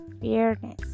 fairness